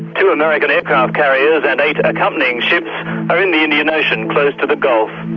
two american aircraft carriers and eight accompanying ships are in the indian ocean, close to the gulf.